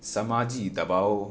سماجی دباؤ